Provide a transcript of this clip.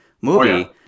movie